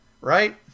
right